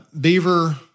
beaver